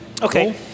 Okay